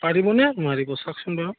পাৰিবনে নোৱাৰিব চাওকচোন বাৰু